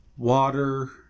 Water